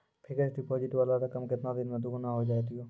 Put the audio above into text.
Fixed deposit वाला रकम केतना दिन मे दुगूना हो जाएत यो?